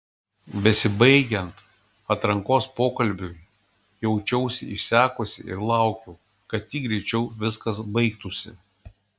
besibaigiant atrankos pokalbiui jaučiausi išsekusi ir laukiau kad tik greičiau viskas baigtųsi